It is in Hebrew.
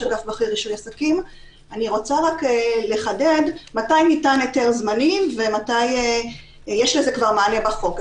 אני רוצה רק לחדד מתי ניתן היתר זמני ומתי יש לזה כבר מענה בחוק.